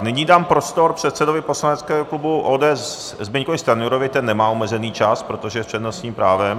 Nyní dám prostor předsedovi poslaneckého klubu ODS Zbyňkovi Stanjurovi, ten nemá omezený čas, protože je s přednostním právem.